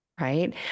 right